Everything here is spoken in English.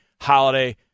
holiday